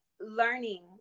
learning